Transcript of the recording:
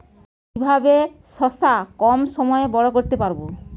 কিভাবে শশা কম সময়ে বড় করতে পারব?